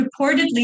reportedly